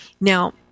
Now